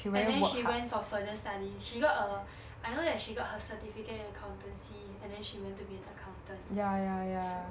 and then she went for further studies she got her I know she got her certificate in accountancy and then she went to be an accountant so